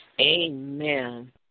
Amen